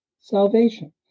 salvation